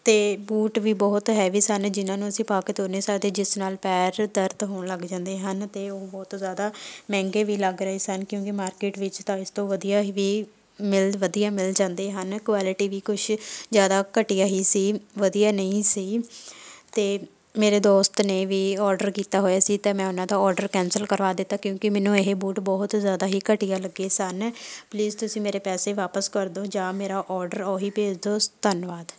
ਅਤੇ ਬੂਟ ਵੀ ਬਹੁਤ ਹੈਵੀ ਸਨ ਜਿਨਾਂ ਨੂੰ ਅਸੀਂ ਪਾ ਕੇ ਤੁਰ ਨਹੀਂ ਸਕਦੇ ਜਿਸ ਨਾਲ ਪੈਰ ਦਰਦ ਹੋਣ ਲੱਗ ਜਾਂਦੇ ਹਨ ਅਤੇ ਉਹ ਬਹੁਤ ਜ਼ਿਆਦਾ ਮਹਿੰਗੇ ਵੀ ਲੱਗ ਰਹੇ ਸਨ ਕਿਉਂਕਿ ਮਾਰਕਿਟ ਵਿੱਚ ਤਾਂ ਇਸ ਤੋਂ ਵਧੀਆ ਵੀ ਮਿਲ ਵਧੀਆ ਮਿਲ ਜਾਂਦੇ ਹਨ ਕੁਆਲਿਟੀ ਵੀ ਕੁਝ ਜ਼ਿਆਦਾ ਘਟੀਆ ਹੀ ਸੀ ਵਧੀਆ ਨਹੀਂ ਸੀ ਅਤੇ ਮੇਰੇ ਦੋਸਤ ਨੇ ਵੀ ਔਡਰ ਕੀਤਾ ਹੋਇਆ ਸੀ ਤਾਂ ਮੈਂ ਉਨ੍ਹਾਂ ਤੋਂ ਔਡਰ ਕੈਂਸਲ ਕਰਵਾ ਦਿੱਤਾ ਕਿਉਂਕਿ ਮੈਨੂੰ ਇਹ ਬੂਟ ਬਹੁਤ ਜ਼ਿਆਦਾ ਹੀ ਘਟੀਆ ਲੱਗੇ ਸਨ ਪਲੀਜ਼ ਤੁਸੀਂ ਮੇਰੇ ਪੈਸੇ ਵਾਪਿਸ ਕਰ ਦਿਓ ਜਾਂ ਮੇਰਾ ਔਡਰ ਓਹੀ ਭੇਜ ਦਿਓ ਧੰਨਵਾਦ